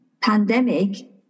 pandemic